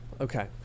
Okay